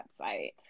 website